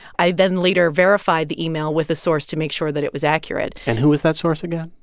i then later verified the email with a source to make sure that it was accurate and who is that source again?